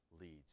leads